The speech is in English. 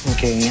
Okay